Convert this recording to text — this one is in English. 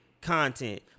content